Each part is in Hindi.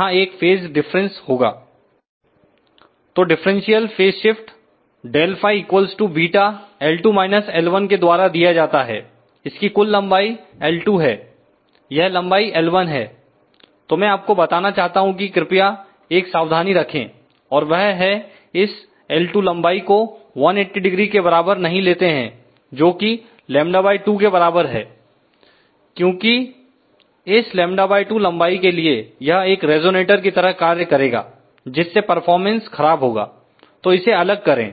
यहां एक फेज डिफरेंस होगा तो डिफरेंशियल फेज शिफ्ट ∆φ β के द्वारा दिया जाता है इसकी कुल लंबाई l2 है यह लंबाई l1है तो मैं आपको बताना चाहता हूं कि कृपया एक सावधानी रखें और वह है इस l2 लंबाई को 1800 के बराबर नहीं लेते हैं जोकि λ2 के बराबर है क्योंकि इस λ2 लंबाई के लिए यह एक रिजोनेटर की तरह कार्य करेगा जिससे परफॉर्मेंस खराब होगा तो इसे अलग करें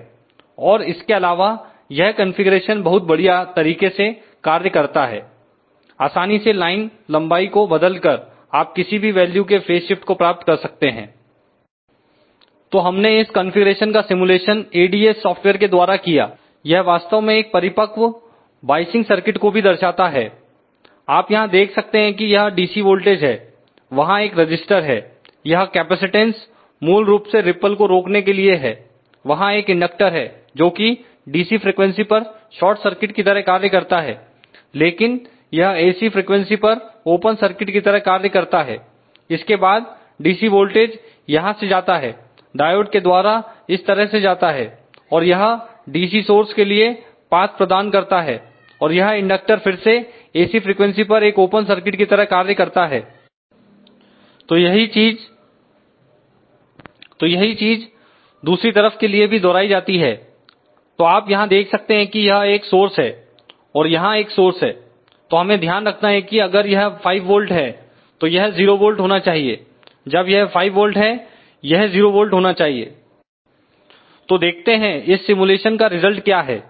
और इसके अलावा यह कॉन्फ़िगरेशन बहुत बढ़िया तरीके से कार्य करता है आसानी से लाइन लंबाई को बदलकर आप किसी भी वैल्यू के फेज शिफ्ट को प्राप्त कर सकते हैं तो हमने इस कॉन्फ़िगरेशन का सिमुलेशन ADS सॉफ्टवेयर के द्वारा किया यह वास्तव में एक परिपक्व वायसिंग सर्किट को भी दर्शाता है आप यहां देख सकते हैं कि यह DC वोल्टेज है वहां एक रजिस्टर है यह कैपेसिटेंस मूल रूप से रिपल को रोकने के लिए है वहां एक इंडक्टर है जोकि DC फ्रीक्वेंसी पर शार्ट सर्किट की तरह कार्य करता है लेकिन यह AC फ्रिकवेंसी पर ओपन सर्किट की तरह कार्य करता है इसके बाद DC वोल्टेज यहां से जाता है डायोड के द्वारा इस तरह से जाता है और यह DC सोर्स के लिए पाथ प्रदान करता है और यह इंडक्टर फिर से AC फ्रिकवेंसी पर एक ओपन सर्किट की तरह कार्य करता है तो यही चीज दूसरी तरफ के लिए भी दोहराई जाती है तो आप यहां देख सकते हैं कि यह एक सोर्स है और यहां एक सोर्स है तो हमें ध्यान रखना है कि अगर यह 5V है तो यह 0 V होना चाहिए जब यह 5V है यह 0V होना चाहिए तो देखते हैं इस सिमुलेशन का रिजल्ट क्या है